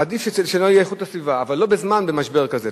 עדיף שלא יהיה איכות הסביבה, לא במשבר כזה.